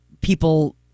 people